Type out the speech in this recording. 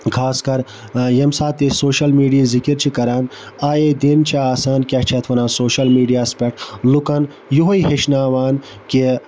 خاص کر ییٚمہِ ساتہٕ تہِ أسۍ سوشَل میٖڈیِہِچ ذِکِر چھِ کَران آیے دِن چھِ آسان کیاہ چھِ اتھ وَنان سوشَل میٖڈیاہَس پٮٹھ لُکَن یِہوٚے ہیٚچھناوان کہِ